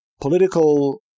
political